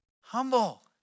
humble